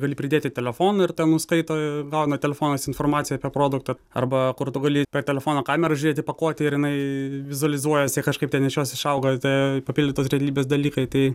gali pridėti telefoną ir ten nuskaito gauna telefonas informaciją apie produktą arba kur tu gali per telefono kamerą žiūrėti į pakuotę ir jinai vizualizuojasi kažkaip ten iš jos išauga papildytos realybės dalykai tai